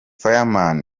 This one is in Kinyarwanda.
fireman